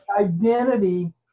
Identity